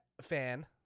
fan